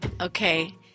Okay